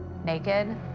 naked